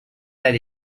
that